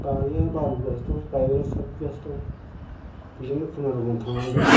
बारिया बार' बिगासो दं गायग्रा सात बिगासो दं बिदिनो खुनुरुखुम थांनानै दं